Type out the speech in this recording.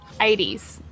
80s